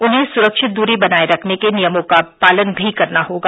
उन्हें सुरक्षित दूरी बनाए रखने के नियमों का पालन भी करना होगा